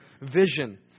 vision